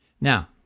Now